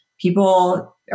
People